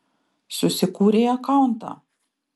susikūrei akauntą